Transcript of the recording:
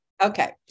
Okay